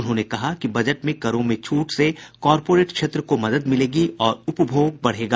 उन्होंने कहा कि बजट में करों में छूट से कॉरपोरेट क्षेत्र को मदद मिलेगी और उपभोग बढ़ेगा